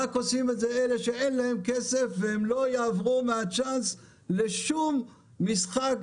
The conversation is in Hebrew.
רק עושים אלה שאינם להם כסף והם לא יעברו מהצ'אנס לשום משחק,